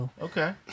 Okay